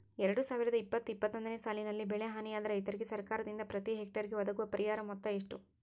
ಎರಡು ಸಾವಿರದ ಇಪ್ಪತ್ತು ಇಪ್ಪತ್ತೊಂದನೆ ಸಾಲಿನಲ್ಲಿ ಬೆಳೆ ಹಾನಿಯಾದ ರೈತರಿಗೆ ಸರ್ಕಾರದಿಂದ ಪ್ರತಿ ಹೆಕ್ಟರ್ ಗೆ ಒದಗುವ ಪರಿಹಾರ ಮೊತ್ತ ಎಷ್ಟು?